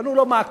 בנו לו מעקף.